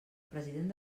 president